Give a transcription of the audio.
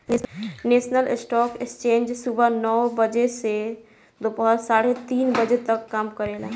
national stock exchange सुबह सवा नौ बजे से दोपहर साढ़े तीन बजे तक काम करेला